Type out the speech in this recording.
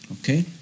Okay